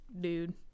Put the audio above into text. dude